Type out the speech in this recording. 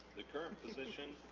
the current position